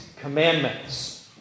commandments